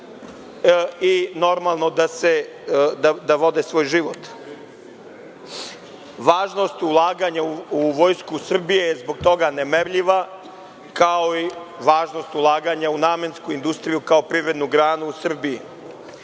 i normalno da vode svoj život. Važnost ulaganja u Vojsku Srbije je zbog toga nemerljiva, kao i važnost ulaganja u namensku industriju kao privrednu granu u Srbiji. Takođe